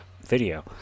video